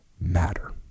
matter